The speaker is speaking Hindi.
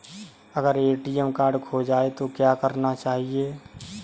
अगर ए.टी.एम कार्ड खो जाए तो क्या करना चाहिए?